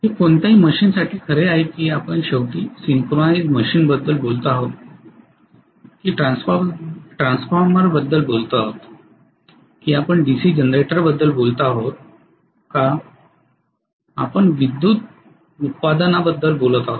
हे कोणत्याही मशीनसाठी खरे आहे की आपण शेवटी सिंक्रोनाइज मशीनबद्दल बोलतो आहोत का की ट्रान्सफॉर्मरबद्दल बोलतो आहोत का की आपण डीसी जनरेटरबद्दल बोलतो आहोत का आपण विद्युत उत्पादनाबद्दल बोलत आहोत